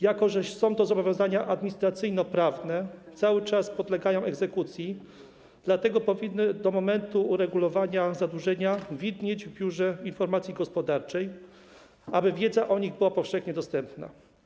Jako że są to zobowiązania administracyjnoprawne, cały czas podlegają egzekucji, dlatego powinny do momentu uregulowania zadłużenia widnieć w biurze informacji gospodarczej, aby wiedza o nich była powszechnie dostępna.